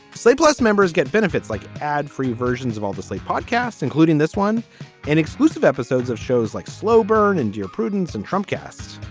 slate plus members get benefits like ad free versions of all the slate podcast, including this one in exclusive episodes of shows like slow burn and dear prudence and trump cast.